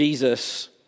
Jesus